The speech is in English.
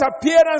appearance